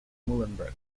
muhlenberg